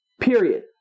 Period